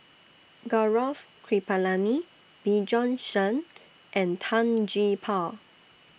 Gaurav Kripalani Bjorn Shen and Tan Gee Paw